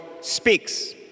speaks